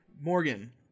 Morgan